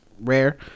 rare